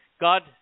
God